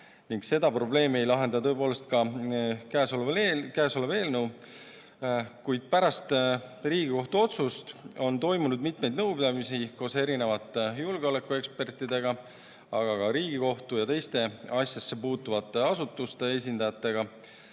Seda probleemi ei lahenda tõepoolest ka käesolev eelnõu. Kuid pärast Riigikohtu otsust on toimunud mitmeid nõupidamisi koos julgeolekuekspertidega, aga ka Riigikohtu ja teiste asjasse puutuvate asutuste esindajatega.